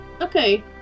Okay